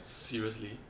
seriously